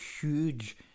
huge